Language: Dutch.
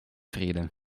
vrede